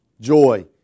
joy